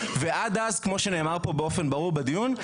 ועד אז כמו שנאמר פה באופן ברור בדיון,